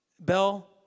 bell